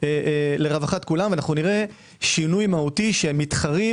לרווחת כולם ונראה שינוי מהותי של מתחרים